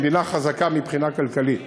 שהיא מדינה חזקה מבחינה כלכלית.